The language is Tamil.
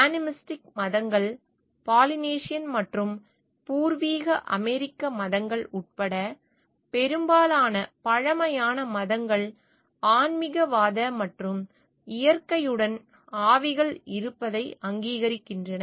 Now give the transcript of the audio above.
ஆனிமிஸ்டிக் மதங்கள் பாலினேசியன் மற்றும் பூர்வீக அமெரிக்க மதங்கள் உட்பட பெரும்பாலான பழமையான மதங்கள் ஆன்மிகவாத மற்றும் இயற்கையுடன் ஆவிகள் இருப்பதை அங்கீகரிக்கின்றன